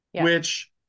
which-